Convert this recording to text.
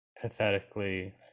pathetically